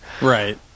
Right